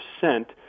percent